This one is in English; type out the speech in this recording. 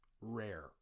rare